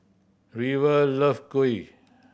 River love kuih